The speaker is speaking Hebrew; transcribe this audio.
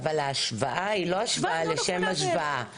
אבל ההשוואה היא לא השוואה לשם השוואה.